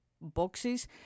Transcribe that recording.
boxes